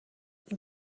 این